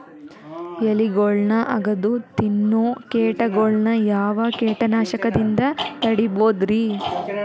ಎಲಿಗೊಳ್ನ ಅಗದು ತಿನ್ನೋ ಕೇಟಗೊಳ್ನ ಯಾವ ಕೇಟನಾಶಕದಿಂದ ತಡಿಬೋದ್ ರಿ?